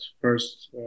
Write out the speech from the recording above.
first